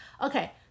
Okay